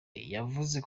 yavuze